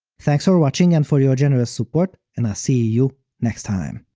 thanks for watching and for your generous support, and i'll see you next time!